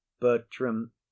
bertram